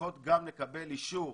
שצריכות לקבל אישור